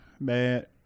Bad